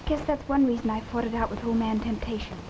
because that's one reason i put it out with who man temptation